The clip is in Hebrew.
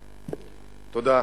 תודה.